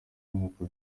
nk’uko